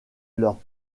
leur